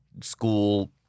school